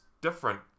different